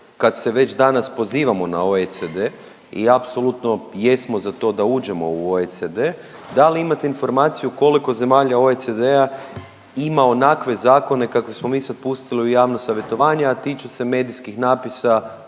kad se već danas pozivamo na OECD i apsolutno jesmo za to da uđemo u OECD, da li imate informaciju koliko zemalja OECD-a ima onakve zakone kakve smo mi sad pustili u javno savjetovanje, a tiču se medijskih natpisa